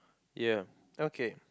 ya okay